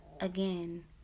again